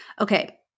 okay